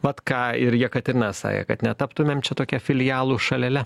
vat ką ir jekaterina sakė kad netaptumėm čia tokia filialų šalele